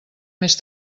més